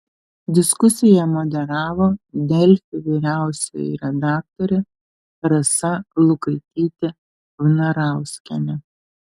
diskusiją moderavo delfi vyriausioji redaktorė rasa lukaitytė vnarauskienė